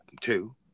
two